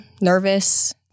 nervous